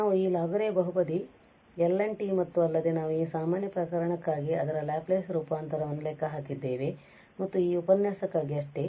ನಾವು ಈ ಲಾಗುರೆ ಬಹುಪದಿ Ln ಮತ್ತು ಅಲ್ಲದೆ ನಾವು ಈ ಸಾಮಾನ್ಯ ಪ್ರಕರಣಕ್ಕಾಗಿ ಅದರ ಲ್ಯಾಪ್ಲೇಸ್ ರೂಪಾಂತರವನ್ನು ಲೆಕ್ಕಹಾಕಿದ್ದೇವೆ ಮತ್ತು ಈ ಉಪನ್ಯಾಸಕ್ಕಾಗಿ ಅಷ್ಟೆ